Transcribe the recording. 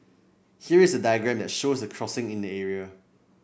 here is a diagram that shows the crossings in the area